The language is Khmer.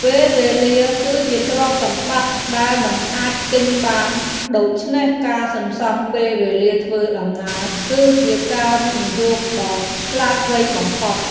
ពេលវេលាគឺជាទ្រព្យសម្បត្តិដែលមិនអាចទិញបាន ដូច្នេះការសន្សំពេលវេលាធ្វើដំណើរគឺជាការវិនិយោគដ៏ឆ្លាតវៃបំផុត។